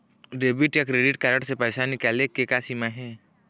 Debit या credit card से पैसा निकाले के का सीमा हे?